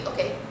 Okay